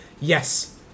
Yes